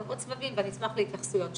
עוד סבבים ואני אשמח להתייחסויות שלך.